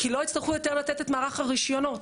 כי לא הצטרכו לתת יותר את מערך הרשיונות.